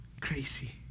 Crazy